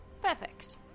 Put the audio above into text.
Perfect